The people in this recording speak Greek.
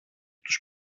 τους